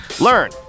learn